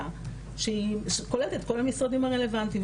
שהיא כוללת את כל המשרדים הרלוונטים.